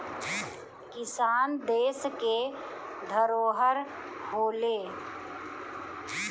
किसान देस के धरोहर होलें